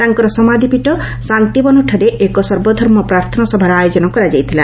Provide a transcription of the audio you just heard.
ତାଙ୍କର ସମାଧ୍ପୀଠ ଶାତ୍ତିବନଠାରେ ଏକ ସର୍ବଧର୍ମ ପ୍ରାର୍ଥନା ସଭାର ଆୟୋଜନ କରାଯାଇଥିଲା